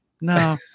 no